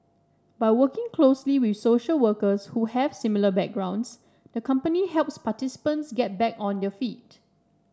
by working closely with social workers who have similar backgrounds the company helps participants get back on their feet